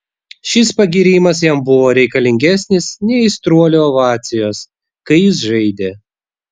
šis pagyrimas jam buvo reikalingesnis nei aistruolių ovacijos kai jis žaidė